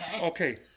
okay